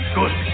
good